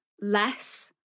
less